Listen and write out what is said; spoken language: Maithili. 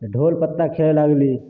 तऽ ढोल पत्ता खेले लागली